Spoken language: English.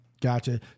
gotcha